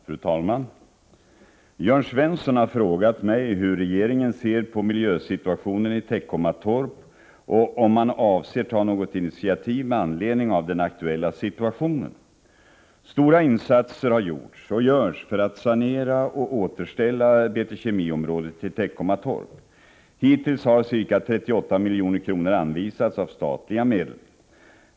Fru talman! Jörn Svensson har frågat mig hur regeringen ser på miljösituationen i Teckomatorp och om regeringen avser att ta något initiativ med anledning av den aktuella situationen. Stora insatser har gjorts och görs för att sanera och återställa BT Kemiområdet i Teckomatorp. Hittills har ca 38 milj.kr. anvisats av statliga medel.